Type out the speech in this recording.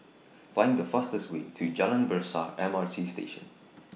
Find The fastest Way to Jalan Besar M R T Station